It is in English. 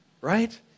right